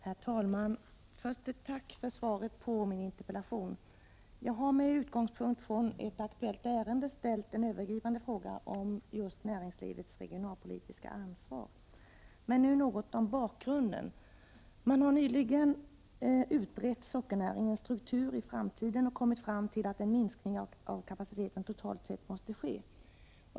Herr talman! Jag vill tacka för svaret på min interpellation. Jag har där med utgångspunkt i ett aktuellt ärende ställt en övergripande fråga om just näringslivets regionalpolitiska ansvar. Men först något om bakgrunden till interpellationen. Man har nyligen utrett sockernäringens struktur i framtiden och kommit fram till att en minskning av kapaciteten totalt sett måste ske.